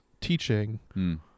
teaching